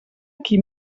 qui